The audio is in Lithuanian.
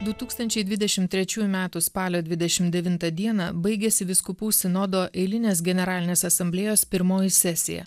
du tūkstančiai dvidešim trečiųjų metų spalio dvidešim devintą dieną baigėsi vyskupų sinodo eilinės generalinės asamblėjos pirmoji sesija